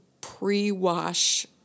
pre-wash